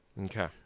okay